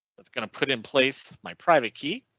that's going to put in place my private key.